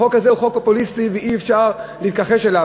החוק הזה הוא חוק פופוליסטי, ואי-אפשר להתכחש לכך.